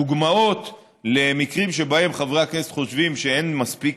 דוגמאות למקרים שבהם חברי הכנסת חושבים שאין מספיק